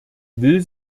will